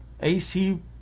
AC